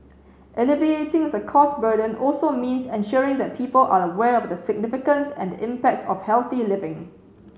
alleviating the cost burden also means ensuring that people are aware of the significance and impact of healthy living